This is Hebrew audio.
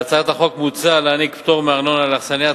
בהצעת החוק מוצע להעניק פטור מארנונה לאכסניות